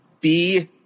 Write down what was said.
B-